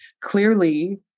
clearly